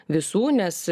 visų nes